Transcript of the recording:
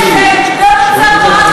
פה.